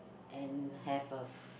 and have a f~